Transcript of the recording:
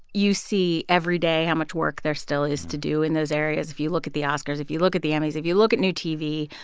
you see every day how much work there still has to do in those areas. if you look at the oscars, if you look at the emmys, if you look at new tv,